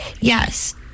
yes